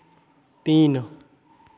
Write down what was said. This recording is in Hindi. तीन